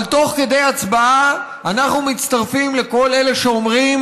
אבל תוך כדי הצבעה אנחנו מצטרפים לכל אלה שאומרים